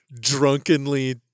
drunkenly